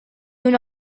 una